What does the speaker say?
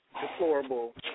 deplorable